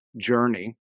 journey